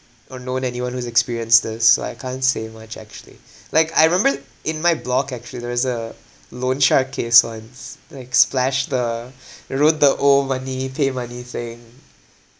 or known anyone who's experienced this so I can't say much actually like I remember in my block actually there is a loan shark case [one] like splash the wrote the owe money pay money thing